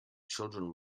children